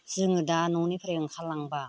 जोङो दा न'निफ्राय ओंखारलांबा